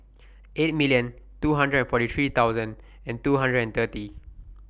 eight million two hundred and forty three thousand and two hundred and thirty